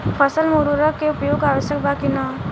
फसल में उर्वरक के उपयोग आवश्यक बा कि न?